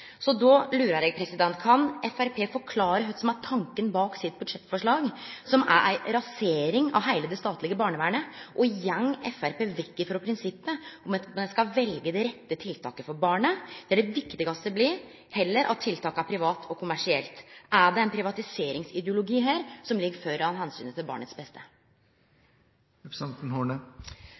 Då lurar eg på: Kan Framstegspartiet forklare kva som er tanken bak deira budsjettforslag, som er ei rasering av heile det statlege barnevernet? Går Framstegspartiet vekk frå prinsippet om at me skal velje det rette tiltaket for barnet, der det viktigaste blir heller at tiltaket er privat og kommersielt? Er det ein privatiseringsideologi her som går føre omsynet til barnets